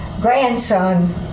grandson